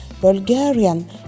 Bulgarian